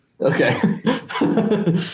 Okay